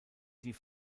die